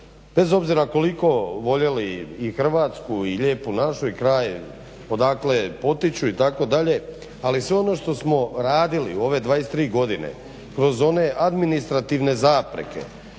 bez obzira koliko voljeli i Hrvatsku i lijepu našu i kraj odakle potiču itd. ali sve ono što smo radili u ove 23. godine kroz one administrativne zapreke,